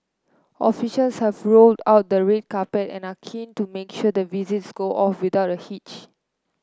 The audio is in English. officials have rolled out the red carpet and are keen to make sure the visits go off without a hitch